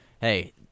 hey